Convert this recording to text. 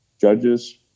judges